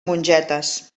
mongetes